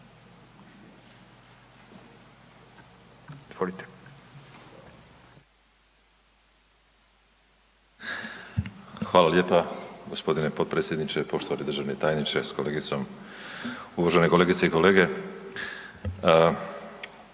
Hvala lijepa g. potpredsjedniče, poštovani državni tajniče s kolegicom. Uvažene kolegice i kolege.